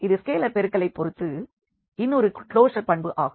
அது ஸ்கேலர் பெருக்கலை பொறுத்து இன்னொரு க்லோஷர் பண்பு ஆகும்